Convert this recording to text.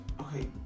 Okay